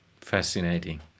Fascinating